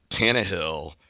Tannehill